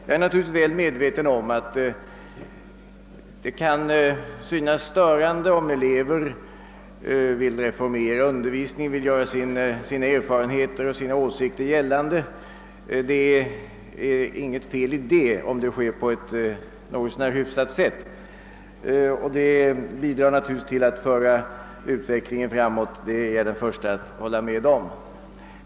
Jag är naturligtvis väl medveten om att det kan synas störande, om elever vill reformera undervisningen och göra sina erfarenheter och åsikter gällande, men det är inte något fel, om det görs på ett något så när hyfsat sätt. Naturligtvis kan det bidra till att föra utvecklingen framåt, det är jag den förste att hålla med om.